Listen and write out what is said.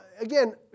again